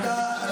אכפת לי